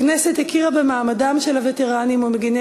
הכנסת הכירה במעמדם של הווטרנים ומגיני